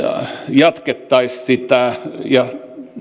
jatkettaisiin sitä